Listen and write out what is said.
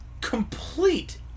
complete